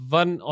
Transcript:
one